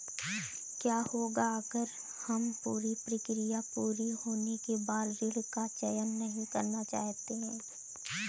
क्या होगा अगर हम पूरी प्रक्रिया पूरी होने के बाद ऋण का चयन नहीं करना चाहते हैं?